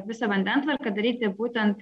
visą vandentvarką daryti būtent